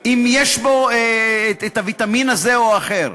אם יש בה הוויטמין הזה או הזה.